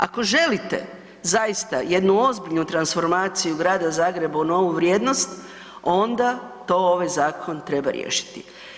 Ako želite zaista jednu ozbiljnu transformaciju grada Zagreba u novu vrijednost, onda to ovaj zakon treba riješiti.